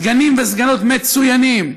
סגנים וסגניות מצוינים,